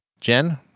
Jen